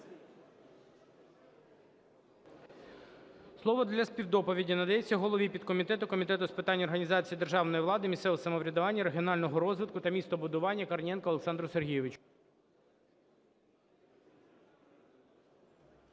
Слово для співдоповіді надається голові підкомітету Комітету з питань організації державної влади, місцевого самоврядування, регіонального розвитку та містобудування Корнієнку Олександру Сергійовичу.